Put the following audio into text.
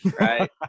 right